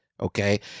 Okay